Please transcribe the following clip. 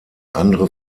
andere